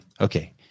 Okay